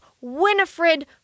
Winifred